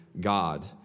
God